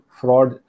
fraud